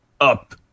up